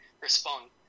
respond